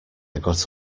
got